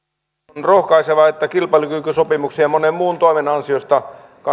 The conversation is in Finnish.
puhemies on rohkaisevaa että kilpailukykysopimuksen ja monen muun toimen ansiosta